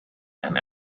and